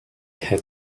had